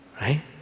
Right